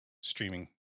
streaming